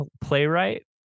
playwright